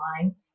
line